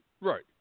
Right